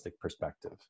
perspective